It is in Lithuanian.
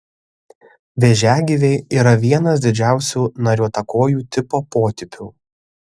vėžiagyviai yra vienas didžiausių nariuotakojų tipo potipių